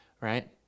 right